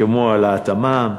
כמו העלאת המע"מ,